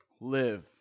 live